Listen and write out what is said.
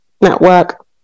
network